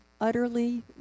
utterly